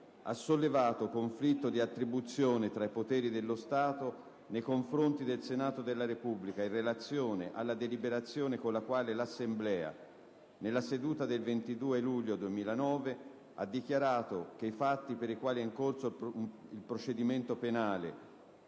ha sollevato conflitto di attribuzione tra poteri dello Stato nei confronti del Senato della Repubblica in relazione alla deliberazione con la quale l'Assemblea, nella seduta del 22 luglio 2009, ha dichiarato che i fatti per i quali è in corso il procedimento penale